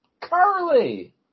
Curly